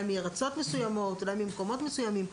מארצות מסוימות וממקומות מסוימים,